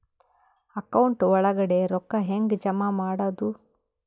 Account ಒಳಗಡೆ ರೊಕ್ಕ ಹೆಂಗ್ ಜಮಾ ಮಾಡುದು?